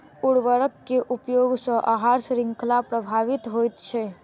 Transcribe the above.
उर्वरक के उपयोग सॅ आहार शृंखला प्रभावित होइत छै